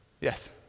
yes